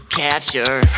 capture